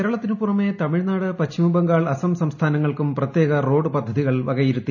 കേരളത്തിന് പുറമെ തമിഴ്നാട് പശ്ചിമ ബംഗാൾ അസം സംസ്ഥാനങ്ങ ൾക്കും പ്രത്യേക റോഡ് വകയിരുത്തി